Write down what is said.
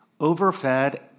overfed